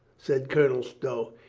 said colonel stow.